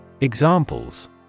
Examples